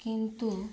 କିନ୍ତୁ